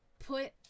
put